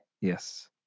yes